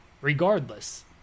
regardless